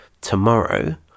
tomorrow